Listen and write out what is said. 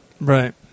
Right